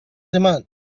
demand